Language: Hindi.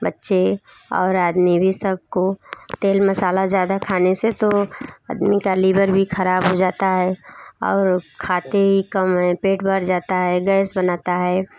बच्चे और आदमी भी सब को तेल मसाला ज़्यादा खाने से तो आदमी का लिवर भी ख़राब हो जाता है और खाते ही कम है पेट भर जाता है गैस बनाता है